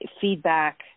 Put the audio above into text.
feedback